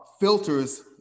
filters